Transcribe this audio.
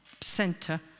center